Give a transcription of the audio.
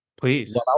please